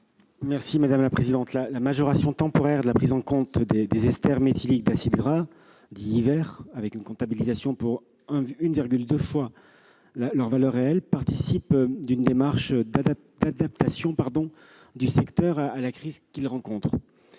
l'avis du Gouvernement ? La majoration temporaire de la prise en compte des esters méthyliques d'acides gras, dits « d'hiver », avec une comptabilisation pour 1,2 fois leur valeur réelle, participe d'une démarche d'adaptation du secteur à la crise qu'il rencontre.